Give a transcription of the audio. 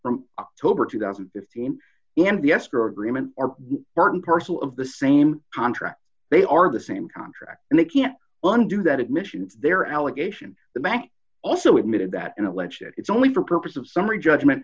from october two thousand and fifteen and the escrow agreement are part and parcel of the same contract they are the same contract and they can't under that admission they're allegation the bank also admitted that in a legit it's only for purpose of summary judgment